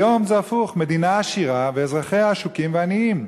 היום זה הפוך: מדינה עשירה ואזרחיה עשוקים ועניים.